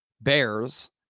Bears